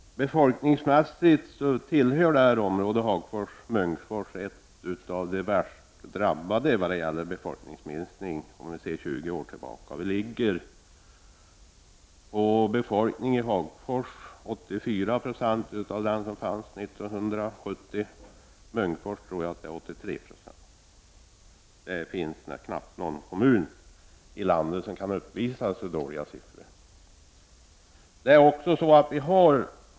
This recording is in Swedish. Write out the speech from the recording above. Befolkningsmässigt tillhör detta område Hagfors-Munkfors, ett område som är bland de värst drabbade i fråga om befolkningsminskning sett över en 20-årsperiod. Antalet boende i Hagfors är ca 84 90 av det antal som fanns 1970. Motsvarande siffra för Munkfors är ungefär 83 90. Knappast någon annan kommun i landet kan i det avseendet uppvisa så dåliga siffror.